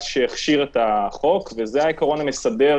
עטיית מסכה